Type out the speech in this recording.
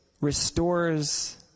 restores